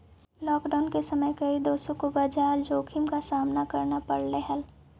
lockdown के समय कई देशों को बाजार जोखिम का सामना करना पड़लई हल